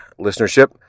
listenership